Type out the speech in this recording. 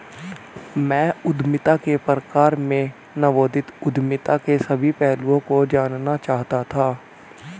मैं उद्यमिता के प्रकार में नवोदित उद्यमिता के सभी पहलुओं को जानना चाहता था